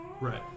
Right